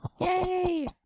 Yay